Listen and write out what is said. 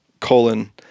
colon